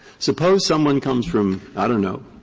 suppose someone comes from, i don't know,